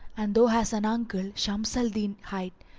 and thou hast an uncle, shams al-din hight,